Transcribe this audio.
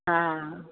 हा